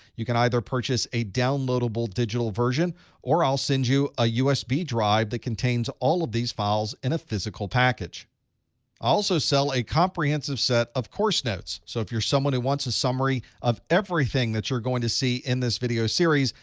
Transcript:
you can either purchase a downloadable digital version or i'll send you a usb drive that contains all of these files in a physical package. i also sell a comprehensive set of course notes. so if you're someone who wants a summary of everything that you're going to see in this video series,